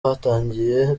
hatangiye